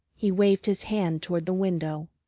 he waved his hand toward the window.